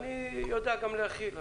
יודע גם להכיל.